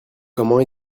comment